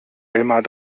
elmar